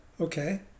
Okay